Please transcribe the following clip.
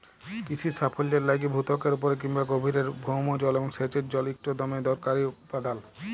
কিসির সাফল্যের লাইগে ভূত্বকের উপরে কিংবা গভীরের ভওম জল এবং সেঁচের জল ইকট দমে দরকারি উপাদাল